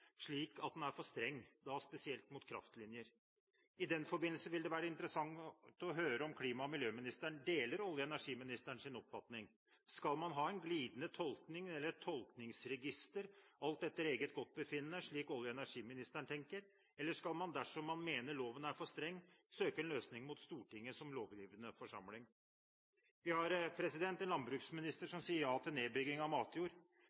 for streng, spesielt når det gjelder kraftlinjer. I den forbindelse vil det være interessant å høre om klima- og miljøministeren deler olje- og energiministerens oppfatning. Skal man ha en glidende tolkning eller et tolkningsregister alt etter eget forgodtbefinnende, slik olje- og energiministeren tenker, eller skal man, dersom man mener loven er for streng, søke en løsning hos Stortinget som lovgivende forsamling? Vi har en landbruksminister som sier ja til nedbygging av matjord,